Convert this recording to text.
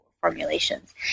formulations